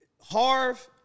Harv